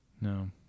No